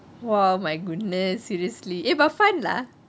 !wah! oh my goodness seriously eh but fun lah